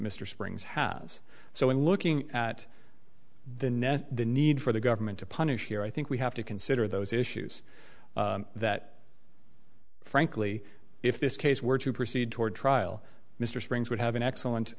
mr springs has so when looking at the net the need for the government to punish here i think we have to consider those issues that frankly if this case were to proceed toward trial mr springs would have an excellent